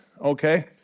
okay